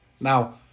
Now